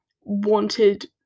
wanted